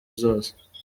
zose